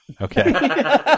Okay